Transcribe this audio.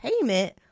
payment